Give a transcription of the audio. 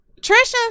trisha